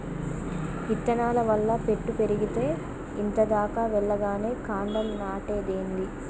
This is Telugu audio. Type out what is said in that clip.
ఇత్తనాల వల్ల పెట్టు పెరిగేతే ఇంత దాకా వెల్లగానే కాండం నాటేదేంది